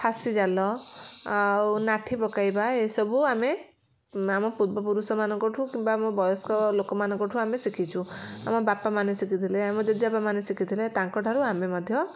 ଫାସି ଜାଲ ଆଉ ନାଠି ପକାଇବା ଏସବୁ ଆମେ ଆମ ପୂର୍ବପୁରୁଷମାନଙ୍କଠୁ କିମ୍ୱା ଆମ ବୟସ୍କ ଲୋକମାନଙ୍କଠୁ ଆମେ ଶିଖିଛୁ ଆମ ବାପାମାନେ ଶିଖି ଥିଲେ ଆମ ଜେଜେବାପାମାନେ ଶିଖି ଥିଲେ ତାଙ୍କଠାରୁ ଆମେ ମଧ୍ୟ